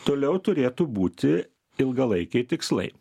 toliau turėtų būti ilgalaikiai tikslai